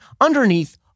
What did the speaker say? underneath